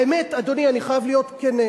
האמת, אדוני, אני חייב להיות כן: